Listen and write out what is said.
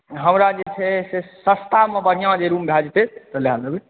हमरा जे छै से सस्ता मे रूम भय जेतै तऽ लय लेबै